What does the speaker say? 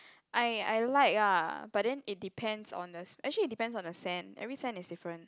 I I like ah but then it depends on the actually it depends on the scent every scent is different